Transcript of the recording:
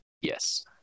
yes